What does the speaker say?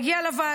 הוא מגיע לוועדה.